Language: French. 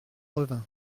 revint